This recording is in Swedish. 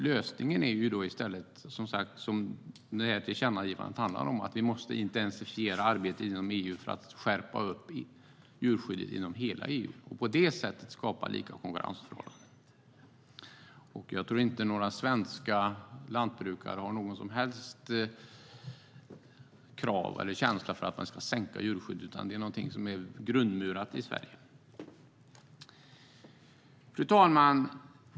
Lösningen är i stället, vilket tillkännagivandet handlar om, att vi måste intensifiera arbetet för att skärpa djurskyddet inom hela EU och på det sättet skapa lika konkurrensförhållanden. Jag tror inte att svenska lantbrukare har några som helst krav på att vi ska minska djurskyddet, utan det är grundmurat i Sverige.Fru talman!